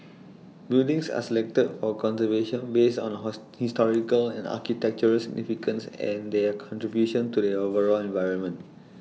buildings are selected for conservation based on A host historical and architectural significance and their contribution to the overall environment